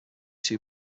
two